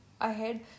ahead